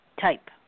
type